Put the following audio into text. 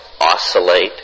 oscillate